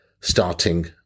starting